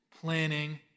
planning